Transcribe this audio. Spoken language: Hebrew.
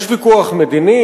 יש ויכוח מדיני,